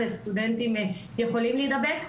וסטודנטים יכולים להידבק.